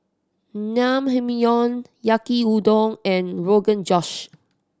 Naengmyeon Yaki Udon and Rogan Josh